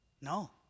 No